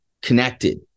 connected